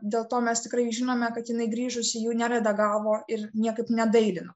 dėl to mes tikrai žinome kad jinai grįžusi jų neredagavo ir niekaip nedailino